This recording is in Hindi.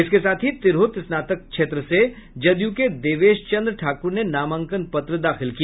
इसके साथ ही तिरहुत स्नातक से जदयू के देवेश चंद्र ठाकूर ने नामांकन पत्र दाखिल किया